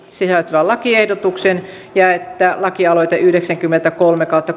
sisältyvän lakiehdotuksen ja että lakialoite yhdeksänkymmentäkolme kautta